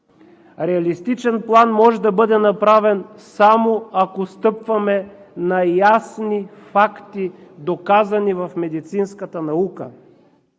Реалистичен план може да бъде направен само ако стъпваме на ясни факти, доказани в медицинската наука!